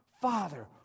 father